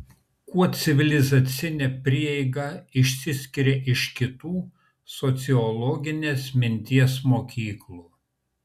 kuo civilizacinė prieiga išsiskiria iš kitų sociologinės minties mokyklų